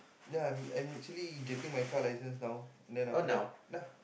ya I'm I'm actually getting my car license now then after that dah